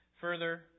Further